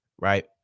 Right